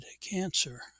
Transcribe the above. cancer